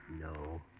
No